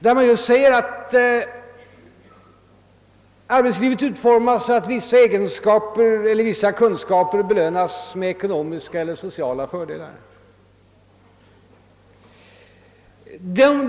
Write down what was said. Utredningen framhåller att arbetslivet utformas så, att vissa kunskaper belönas med ekonomiska eller sociala fördelar.